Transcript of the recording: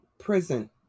Prison